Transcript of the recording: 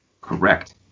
Correct